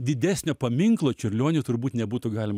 didesnio paminklo čiurlioniui turbūt nebūtų galima